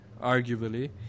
arguably